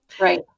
Right